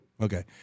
okay